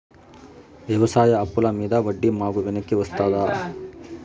వ్యవసాయ అప్పుల మీద వడ్డీ మాకు వెనక్కి వస్తదా?